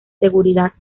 seguridad